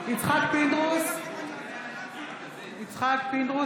(קוראת בשמות חברי הכנסת) יצחק פינדרוס,